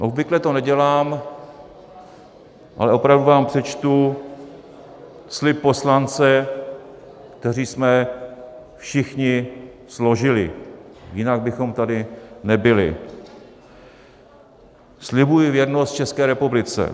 Obvykle to nedělám, ale opravdu vám přečtu slib poslance, který jsme všichni složili, jinak bychom tady nebyli: Slibuji věrnost České republice.